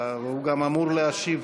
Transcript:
הוא גם אמור להשיב.